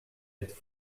êtes